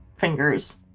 fingers